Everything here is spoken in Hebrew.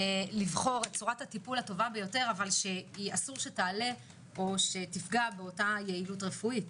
לבחור את צורת הטיפול הטובה ביותר אבל אסור שתפגע באותה יעילות רפואית.